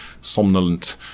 somnolent